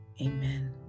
Amen